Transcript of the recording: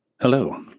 Hello